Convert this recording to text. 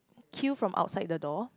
queue from outside the door